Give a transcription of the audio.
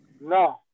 No